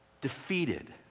defeated